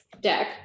deck